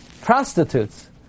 prostitutes